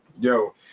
Yo